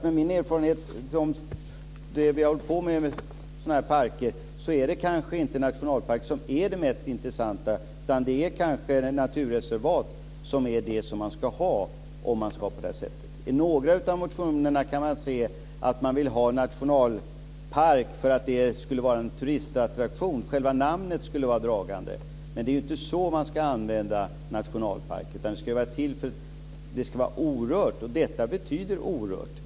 Med min erfarenhet av det som vi hållit på med när det gäller sådana här parker är kanske nationalpark inte det mest intressanta, utan naturreservat är kanske det som man ska ha om det ska vara på det här sättet. I några av motionerna vill man ha nationalpark därför att det skulle vara en turistattraktion - alltså att själva namnet skulle vara dragande. Men det är inte så man ska använda detta med nationalpark, utan avsikten är att det ska vara orört - och detta betyder orört.